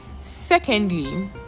secondly